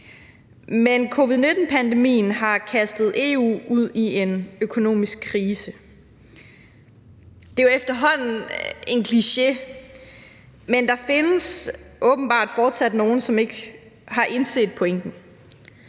Men covid-19-pandemien har kastet EU ud i en økonomisk krise. Det er jo efterhånden en kliché, men der findes åbenbart fortsat nogle, som ikke har indset pointen.